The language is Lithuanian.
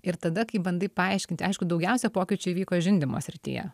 ir tada kai bandai paaiškinti aišku daugiausia pokyčių įvyko žindymo srityje